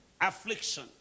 affliction